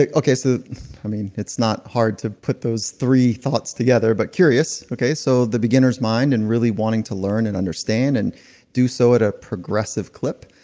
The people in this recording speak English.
like okay, so i mean, it's not hard to put those three thoughts together but curious. okay. so the beginner's mind and really wanting to learn and understand and do so at a progressive clip.